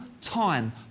time